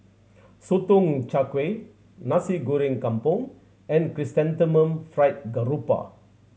Sotong Char Kway Nasi Goreng Kampung and Chrysanthemum Fried Garoupa